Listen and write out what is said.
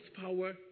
power